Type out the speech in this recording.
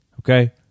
okay